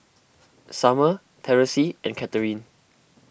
Summer Terese and Catharine